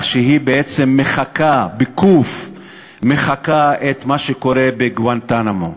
שהיא בעצם מחקה את מה שקורה בגואנטנמו.